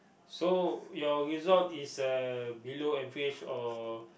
so your result is a below average or